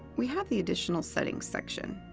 we have the additional settings section.